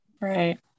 Right